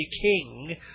King